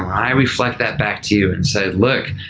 i reflect that back to you and say, look,